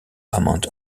amount